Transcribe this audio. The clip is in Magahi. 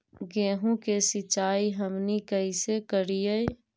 गेहूं के सिंचाई हमनि कैसे कारियय?